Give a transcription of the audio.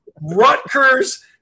rutgers